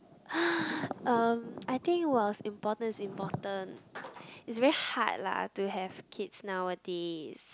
um I think it was important is important is very hard lah to have kids nowadays